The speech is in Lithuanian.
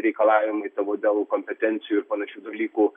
reikalavimai tavo dėl kompetencijų ir panašių dalykų